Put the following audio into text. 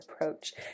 approach